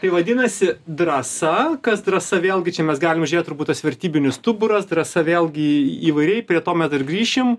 tai vadinasi drąsa kas drąsa vėlgi čia mes galim žiūrėt turbūt tas vertybinis stuburas drąsa vėlgi į įvairiai prie to mes dar grįšim